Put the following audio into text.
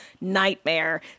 nightmare